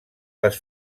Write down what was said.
les